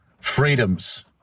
Freedoms